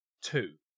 two